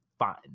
fine